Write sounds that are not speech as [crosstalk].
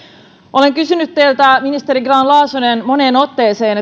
olen kysynyt teiltä ministeri grahn laasonen moneen otteeseen [unintelligible]